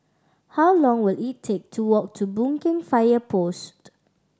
how long will it take to walk to Boon Keng Fire Post